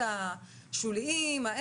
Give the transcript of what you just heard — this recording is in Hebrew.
שילובים שפורסמו היום בספרות.